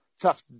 tough